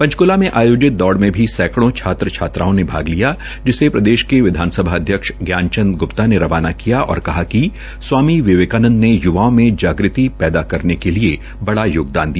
पंचकूला में आयोजित दौड़ में भी सैकड़ों छात्रछात्राओं ने भाग लिया जिसे प्रदेश के विधानसभा अध्यक्ष ज्ञानचंद ग्प्ता ने रवाना किया और कहा कि स्वामी विवेकानंद ने य्वाओं में जागृति पैदा करने के लिए बड़ा योगदान दिया